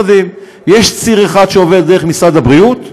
יש ציר אחד שעובד דרך משרד הבריאות,